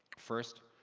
first,